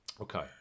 Okay